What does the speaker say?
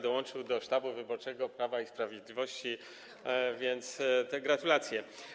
Dołączył on do sztabu wyborczego Prawa i Sprawiedliwości, stąd te gratulacje.